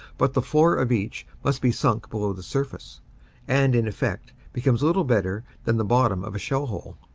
but the floor of each must be sunk below the surface and in effect becomes little better than the bottom of a shell hole.